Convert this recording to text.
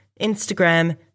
Instagram